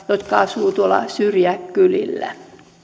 jotka asuvat tuolla syrjäkylillä